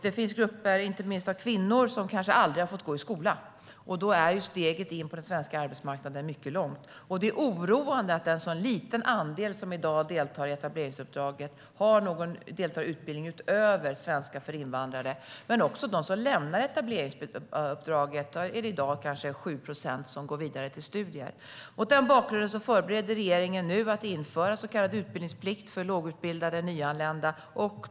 Det finns grupper av inte minst kvinnor som kanske aldrig har fått gå i skola. Då är ju steget in på den svenska arbetsmarknaden mycket långt. Det är oroande att en så liten andel som i dag deltar i etableringsuppdraget deltar i någon utbildning utöver svenska för invandrare. Av dem som lämnar etableringsuppdraget är det i dag kanske 7 procent som går vidare till studier. Mot den bakgrunden förbereder regeringen nu att införa en så kallad utbildningsplikt för lågutbildade nyanlända.